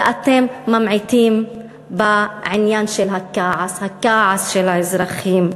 ואתם ממעיטים בעניין של הכעס, הכעס של האזרחים.